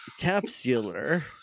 Capsular